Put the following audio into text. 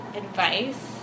advice